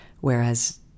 Whereas